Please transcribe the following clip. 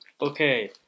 Okay